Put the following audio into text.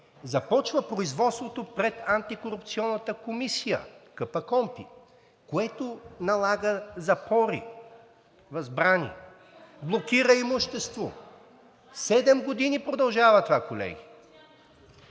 започва производството пред Антикорупционната комисия КПКОНПИ, което налага запори, възбрани, блокира имущество – седем години продължава това, колеги.